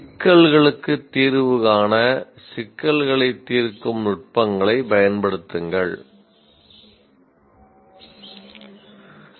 'சிக்கல்களுக்கு தீர்வு காண சிக்கல்களை தீர்க்கும் நுட்பங்களைப் பயன்படுத்துங்கள்'